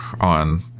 on